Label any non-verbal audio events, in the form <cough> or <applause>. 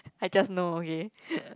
I just know okay <noise>